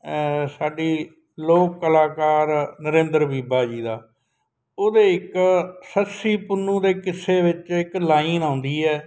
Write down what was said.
ਸਾਡੀ ਲੋਕ ਕਲਾਕਾਰ ਨਰਿੰਦਰ ਬੀਬਾ ਜੀ ਦਾ ਉਹਦੇ ਇੱਕ ਸੱਸੀ ਪੁੰਨੂ ਦੇ ਕਿੱਸੇ ਵਿੱਚ ਇੱਕ ਲਾਈਨ ਆਉਂਦੀ ਹੈ